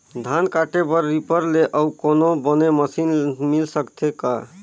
धान काटे बर रीपर ले अउ कोनो बने मशीन मिल सकथे का?